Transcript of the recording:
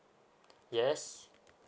yes